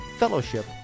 fellowship